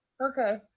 Okay